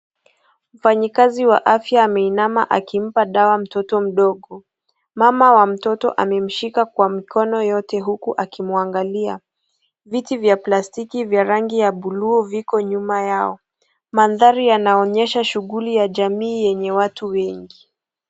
Mfanyikazi wa afya ameinama akimpa dawa mtoto mdogo ,mama ya mtoto ameshika kwa mkono yote huku akimwangalia. Viti vya plastiki viti vya buluu viko nyuma yao mandhari yanaonyesha shughuli ya jamii yenye watu wengi.